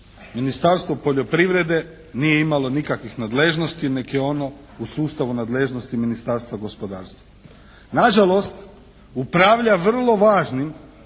Ministarstvo poljoprivrede nije imalo nikakvih nadležnosti nego je ono u sustavu nadležnosti Ministarstva gospodarstva. Nažalost, upravlja vrlo važnim